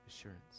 assurance